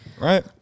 Right